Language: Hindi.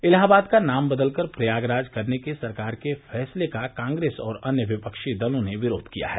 इलाहाबाद का नाम बदल कर प्रयागराज करने के सरकार के फैसले का कांग्रेस और अन्य विपक्षी दलों ने विरोध किया है